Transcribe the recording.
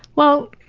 well,